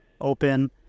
open